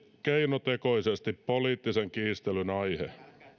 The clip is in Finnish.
keinotekoisesti poliittisen kiistelyn aihe te se